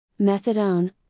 Methadone